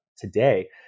today